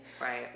right